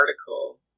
article